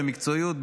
במקצועיות,